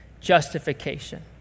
justification